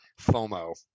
FOMO